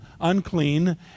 unclean